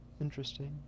Interesting